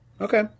Okay